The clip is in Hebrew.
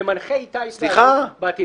ומנחה איתה התנהלות בעתיד.